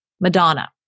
Madonna